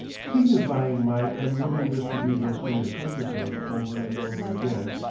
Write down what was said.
signifying my unwillingness to be thus made a circus of over and over again,